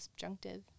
subjunctive